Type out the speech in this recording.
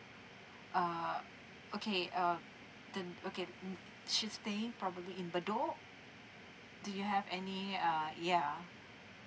err okay uh the um okay um she's staying probably in bedok do you have any uh yeah